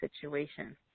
situation